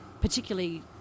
Particularly